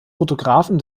fotografen